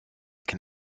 can